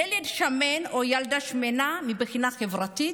ילד שמן או ילדה שמנה, מבחינה חברתית,